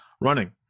running